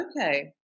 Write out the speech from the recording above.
Okay